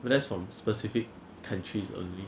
but that's from specific countries only